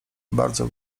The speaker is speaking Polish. bardzo